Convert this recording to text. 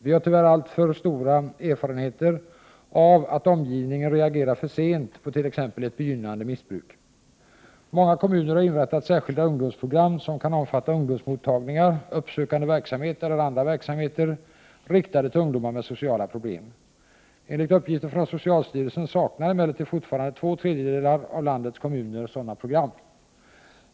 Vi har tyvärr alltför stora erfarenheter av att omgivningen reagerar för sent på t.ex. ett begynnande missbruk. Många kommuner har upprättat särskilda ungdomsprogram som kan omfatta ungdomsmottagningar, uppsökande verksamhet eller andra verksamheter riktade till ungdomar med sociala problem. Enligt uppgifter från socialstyrelsen saknar emellertid fortfarande två tredjedelar av landets kommuner sådana program.